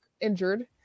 injured